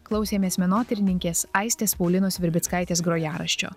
klausėmės menotyrininkės aistės paulinos virbickaitės grojaraščio